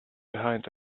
behind